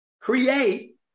create